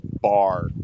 bar